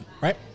Right